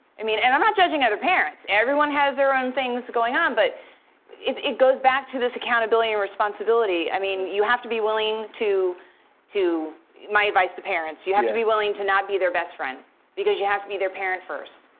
i mean, and i'm not judging other parents. everyone has their own things going on. but it goes back to this accountability and responsibility. i mean, you have to be willing to to my advice to parents, you have to be willing to not be their best friend because you have to be their parent first.